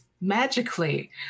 magically